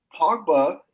Pogba